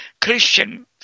Christian